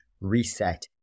reset